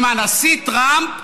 עם הנשיא טראמפ,